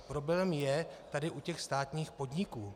Problém je tady u těch státních podniků.